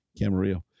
Camarillo